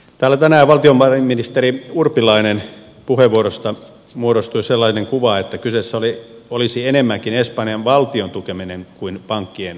täällä tänään valtiovarainministeri urpilaisen puheenvuorosta muodostui sellainen kuva että kyseessä olisi enemmänkin espanjan valtion tukeminen kuin pankkien tukeminen